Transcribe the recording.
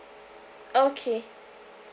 okay